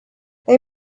they